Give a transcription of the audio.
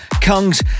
Kung's